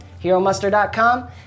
HeroMuster.com